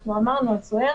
אנחנו אמרנו את זה.